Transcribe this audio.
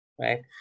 right